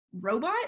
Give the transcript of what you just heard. robot